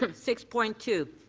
um six point two.